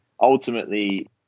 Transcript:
ultimately